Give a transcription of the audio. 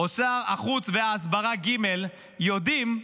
או שר החוץ וההסברה ג' יודעים,